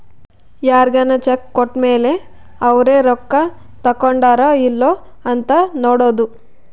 ಯಾರ್ಗನ ಚೆಕ್ ಕೋಟ್ಮೇಲೇ ಅವೆ ರೊಕ್ಕ ತಕ್ಕೊಂಡಾರೊ ಇಲ್ಲೊ ಅಂತ ನೋಡೋದು